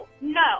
no